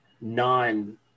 non-